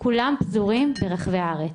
כולם פזורים ברחבי הארץ.